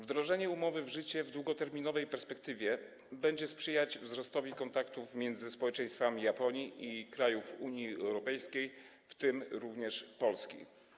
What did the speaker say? Wdrożenie umowy w życie w długoterminowej perspektywie będzie sprzyjać wzrostowi kontaktów między społeczeństwami Japonii i krajów Unii Europejskiej, w tym również Polski.